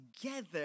together